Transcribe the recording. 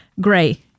gray